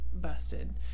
busted